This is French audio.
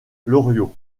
loriot